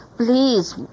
Please